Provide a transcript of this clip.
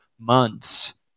months